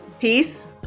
peace